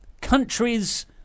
Countries